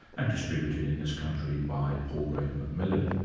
and distributed in this country by palgrave macmillan.